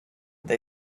they